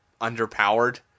underpowered